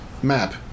Map